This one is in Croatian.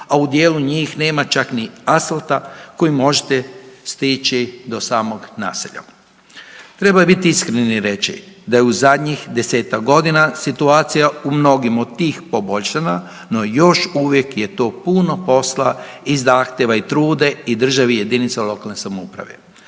a u dijelu njih nema čak ni asfalta kojim možete stići do samog naselja. Treba biti iskren i reći da je u zadnjih 10-tak godina situacija u mnogim od tih poboljšana no još uvijek je to puno posla i zahtjeva i truda i države i jedinica lokalne samouprave.